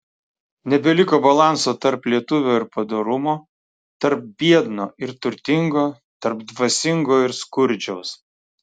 nebeliko balanso tarp lietuvio ir padorumo tarp biedno ir turtingo tarp dvasingo ir skurdžiaus